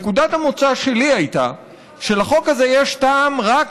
נקודת המוצא שלי הייתה שלחוק הזה יש טעם רק